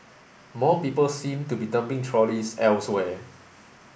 more people seem to be dumping trolleys elsewhere